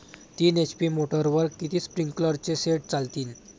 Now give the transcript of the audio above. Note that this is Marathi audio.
तीन एच.पी मोटरवर किती स्प्रिंकलरचे सेट चालतीन?